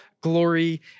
glory